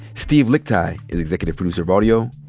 steve lickteig is executive producer of audio.